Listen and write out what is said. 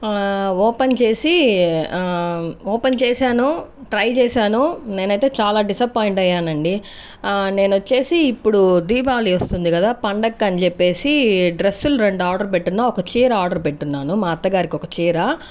open చేసి open చేశాను try చేశాను నేనైతే చాలా డిసప్పాయింట్ అయ్యాను అండి నేను వచ్చేసి ఇప్పుడు దీపావళి వస్తుంది కదా పండుగకి అని చెప్పేసి డ్రస్సులు రెండు ఆర్డర్ పెట్టున్నా ఒక చీర ఆర్డర్ పెట్టున్నాను మా అత్తగారికి ఒక చీర